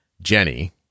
Jenny